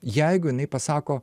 jeigu jinai pasako